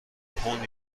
پوند